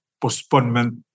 postponement